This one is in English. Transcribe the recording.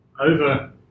over